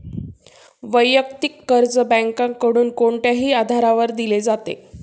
वैयक्तिक कर्ज बँकांकडून कोणत्याही आधारावर दिले जाते